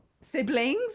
siblings